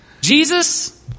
Jesus